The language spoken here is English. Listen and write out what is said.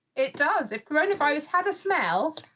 it does. if coronavirus had a smell.